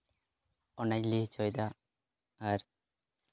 ᱚᱱᱟᱧ ᱞᱟᱹᱭ ᱦᱚᱪᱚᱭᱮᱫᱟ ᱟᱨ